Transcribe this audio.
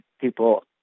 people